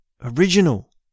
original